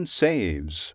saves